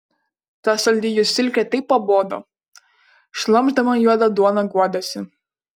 ta saldi jų silkė taip pabodo šlamšdama juodą duoną guodėsi